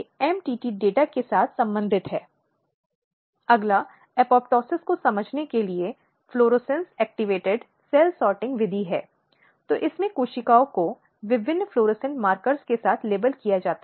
इसलिए अगर यह देखा जाए कि किसी महिला की निजता पर अश्लील सवाल आपत्तिजनक सवाल या सवाल किए जा रहे हैं